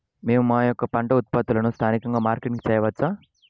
మేము మా యొక్క పంట ఉత్పత్తులని స్థానికంగా మార్కెటింగ్ చేయవచ్చా?